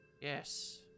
Yes